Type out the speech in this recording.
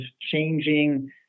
changing